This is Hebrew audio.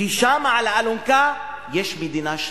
כי שמה, על האלונקה, יש מדינה שלמה.